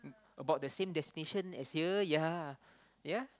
about the same destination as here yea yea